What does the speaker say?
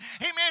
Amen